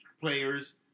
players